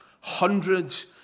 hundreds